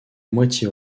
moitié